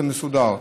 וזה מסודר.